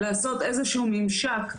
לעשות איזה שהוא ממשק,